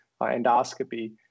endoscopy